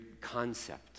concept